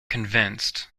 convinced